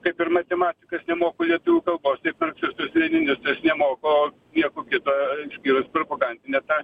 kaip ir matematikas nemoko lietuvių kalbos taip marksistas leninistas nemoko nieko kito išskyrus propagandinę tą